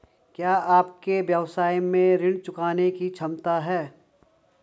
क्या आपके व्यवसाय में ऋण चुकाने की क्षमता है?